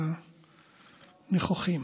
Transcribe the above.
והנכוחים.